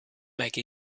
make